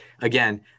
again